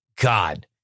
God